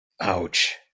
Ouch